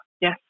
yes